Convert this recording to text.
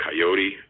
coyote